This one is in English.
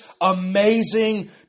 amazing